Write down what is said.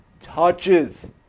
touches